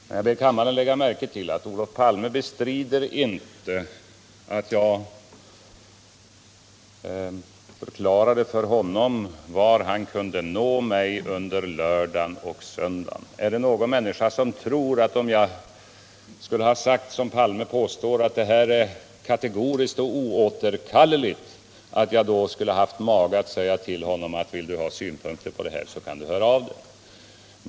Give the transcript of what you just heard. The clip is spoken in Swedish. Jag ber kammaren lägga märke till att Olof Palme inte bestrider att jag förklarade för honom var han kunde nå mig under lördagen och söndagen. Är det någon människa som tror att jag, om jag hade sagt som Olof Palme påstår, nämligen att beslutet var kategoriskt och oåterkalleligt, skulle ha haft mage att säga till honom: Vill du anföra synpunkter på detta, så kan du höra av dig!